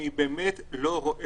זה לא צריך